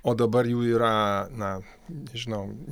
o dabar jų yra na nežinau